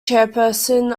chairperson